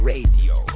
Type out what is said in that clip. Radio